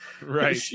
Right